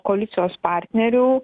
koalicijos partnerių